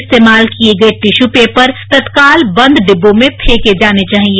इस्तेमाल किये गये टिश्यू पेपर तत्काल बंद डिब्बों में फॅके जाने चाहिए